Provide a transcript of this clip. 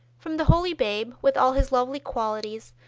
from the holy babe, with all his lovely qualities,